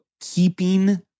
keeping